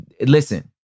listen